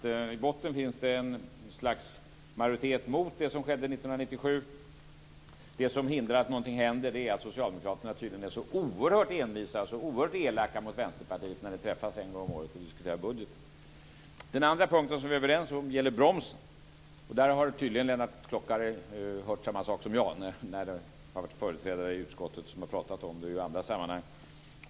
I botten finns det ett slags majoritet mot det som skedde 1997. Det som hindrar att någonting händer är att socialdemokraterna tydligen är så oerhört envisa och elaka mot Vänsterpartiet när de träffas en gång om året och diskuterar budgeten. Den andra punkten, som vi är överens om, gäller broms. Där har tydligen Lennart Klockare hört samma sak som jag när det har varit företrädare inför utskottet och pratat och i andra sammanhang.